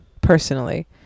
personally